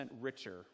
richer